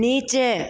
नीचे